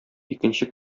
икенче